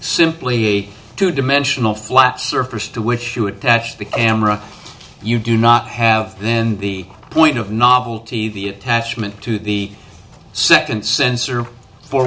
simply a two dimensional flat surface to which you attached the camera you do not have then the point of novelty the attachment to the second sensor for